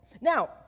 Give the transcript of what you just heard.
Now